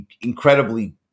incredibly